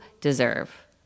deserve